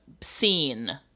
scene